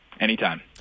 Anytime